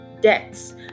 debts